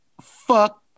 fuck